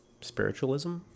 Spiritualism